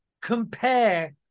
compare